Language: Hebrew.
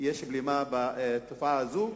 יש בלימה בתופעה הזו.